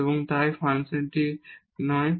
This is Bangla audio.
এবং তাই ফাংশনটি ডিফারেনশিবল নয়